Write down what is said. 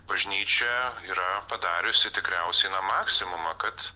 bažnyčia yra padariusi tikriausiai maksimumą kad